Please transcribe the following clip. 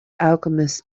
alchemist